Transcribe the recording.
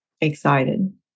excited